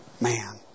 man